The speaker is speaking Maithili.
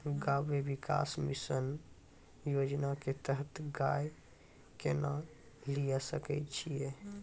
गव्य विकास मिसन योजना के तहत गाय केना लिये सकय छियै?